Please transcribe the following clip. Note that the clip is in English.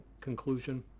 conclusion